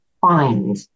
find